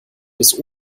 des